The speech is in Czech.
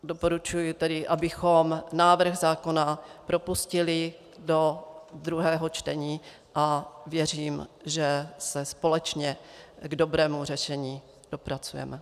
Doporučuji tedy, abychom návrh zákona propustili do druhého čtení, a věřím, že se společně k dobrému řešení dopracujeme.